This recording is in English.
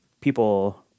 people